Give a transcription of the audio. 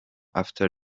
after